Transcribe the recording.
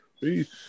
Peace